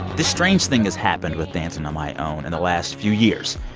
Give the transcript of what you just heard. this strange thing has happened with dancing on my own in the last few years.